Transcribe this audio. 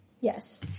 Yes